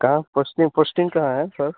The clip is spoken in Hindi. कहाँ है पोस्टिंग पोस्टिंग कहाँ है सर